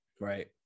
Right